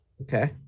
Okay